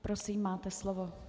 Prosím, máte slovo.